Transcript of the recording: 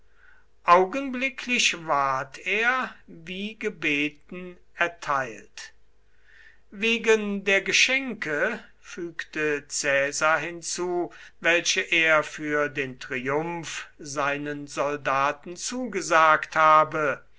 augenblicklich ward er wie gebeten erteilt wegen der geschenke fügte caesar hinzu welche er für den triumph seinen soldaten zugesagt habe